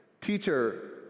Teacher